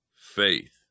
faith